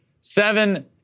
Seven